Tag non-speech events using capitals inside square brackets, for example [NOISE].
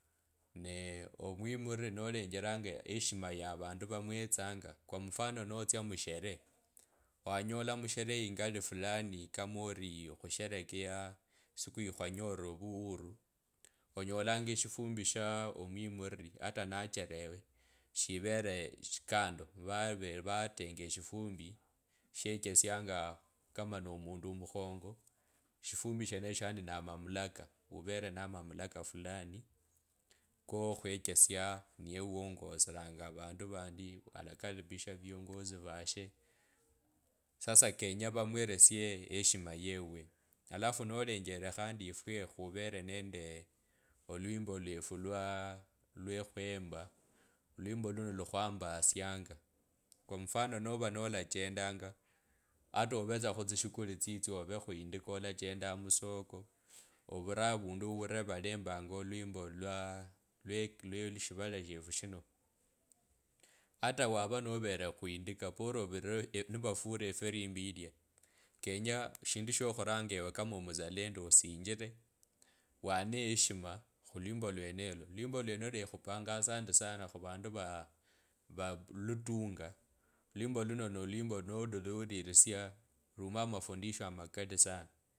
[HESITATION] omwiriri nolengela heshima ya avandu vamwetsanga kwa mfano notsia musherehe wanyola msherehe ingali sana kama ori osherekeya yisiku ya mwanyorira ovuhuru onyolanga eshifumbi sha omwimiliri hata nachelewe shivele kando vavee vatenga eshifumbi shecherianga kama nomundu omukhongo. Shifumbi shenesho yaani na mamulaka ukele ne mamulaka fulani kokhwechesia niye wongosilenge avandu vandi alakaribisha viongozi vashe. sasa kenye vamwelesie heshima yewuwe. Alafu nolenjele khandi efwe khurele nende [HESITATION] olwimbo lwefu lwaa. lwe khwemba olwimbo luno lukhwa amabasianga. Kwa mfano nova nolachendanga hata ovetsa khutsisukuli tsitsyo ove khuindika olachendanga khosoko ovure avundu awurire valembanga olwimbo lwaa lwee [HESITATION] eshivala shefu shino. Hata wuva novele khuindika bora ovire [HESITATION] nivafura efirimbi yilwa kenya eshindu sho khuranga ewe kama omuzalendo osinjile waneeshima khulwimbo iwenolo olwimbo lwenolo ekhupanga asanti sana khuvandu vaa aah lutunga. Olwimbo luno nolwimbo no wulisya lumo amafundishe amakali sana.